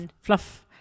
fluff